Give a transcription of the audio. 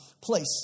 place